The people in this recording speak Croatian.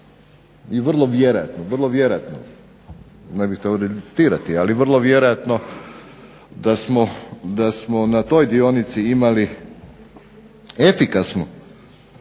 i vrlo vjerojatno, vrlo vjerojatno ne bih htio .../Govornik se ne razumije./... ali vrlo vjerojatno da smo na toj dionici imali efikasnu,